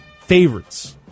favorites